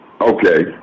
Okay